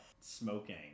Smoking